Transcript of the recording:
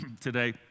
today